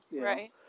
right